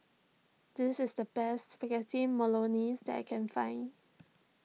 this is the best Spaghetti Bolognese that I can find